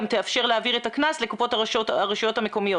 תאפשר להעביר את הקנס לקופות הרשויות המקומיות